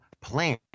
plan